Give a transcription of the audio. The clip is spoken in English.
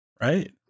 right